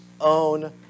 own